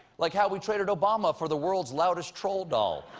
like how we traded obama for the world's loudest troll doll.